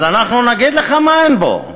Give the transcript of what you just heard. אז אנחנו נגיד לך מה אין בו: